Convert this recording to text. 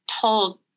told